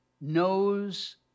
knows